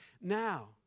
now